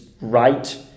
right